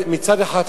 מצד אחד,